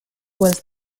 was